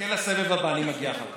חכה לסבב הבא, אני מגיע אחר כך.